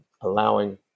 allowing